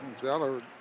Zeller